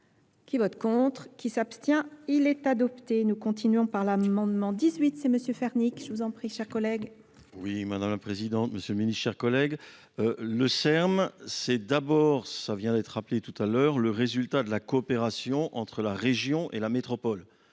qui vote contre qui s'abstient il est adopté nous continuons par l'amendement dix huit c'est m erix je vous en prie cher collègue oui madame la présidente monsieur le ministre chers collègues le terme c'est d'abord cela vient d'être rappelé tout à l'heure le résultat de la coopération entre la région et la métropole